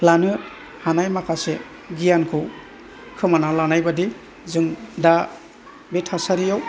लानो हानाय माखासे गियानखौ खोमाना लानायबादि जों दा बे थासारियाव